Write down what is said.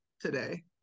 today